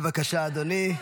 בבקשה אדוני,